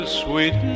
sweet